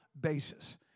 basis